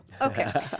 Okay